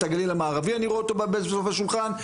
הגליל המערבי אני רואה אותו בסוף השולחן,